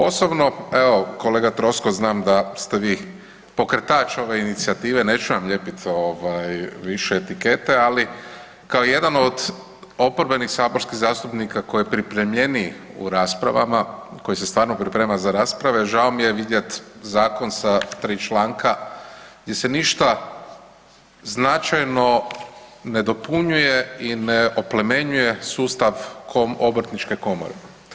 Osobno, evo kolega Troskot znam da se vi pokretač ove inicijative, neću vam lijepit ovaj više etikete ali kao jedan od oporbenih saborskih zastupnika koji je pripremljeniji u raspravama, koji se stvarno priprema za rasprave žao mi je vidjeti zakon sa 3 članka gdje se ništa značajno ne dopunjuje i ne oplemenjuje sustav obrtničke komore.